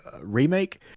remake